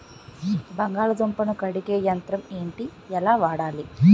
బంగాళదుంప ను కడిగే యంత్రం ఏంటి? ఎలా వాడాలి?